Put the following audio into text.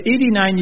89